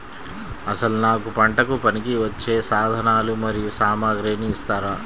అసలు నాకు పంటకు పనికివచ్చే సాధనాలు మరియు సామగ్రిని ఇస్తారా?